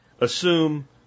assume